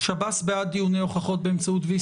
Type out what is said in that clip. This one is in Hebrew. שב"ס בעד דיוני הוכחות באמצעות VC?